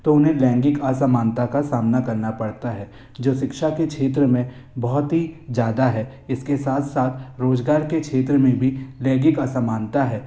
तो उन्हें लैंगिक असमानता का सामना करना पड़ता है जो शिक्षा के क्षेत्र में बहुत ही ज़्यादा है इसके साथ साथ रोजगार के क्षेत्र में भी लैंगिक असमानता है